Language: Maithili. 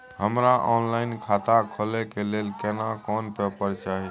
हमरा ऑनलाइन खाता खोले के लेल केना कोन पेपर चाही?